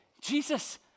Jesus